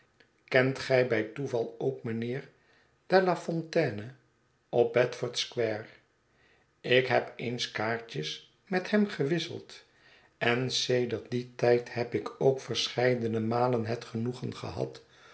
kent gij bij toeval ook mijnheer delafontaine op b e dford square ik heb eens kaartjes met hem gewisseld en sedert dien tijd heb ik ook verscheidene malen het genoegen gehad